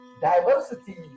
diversity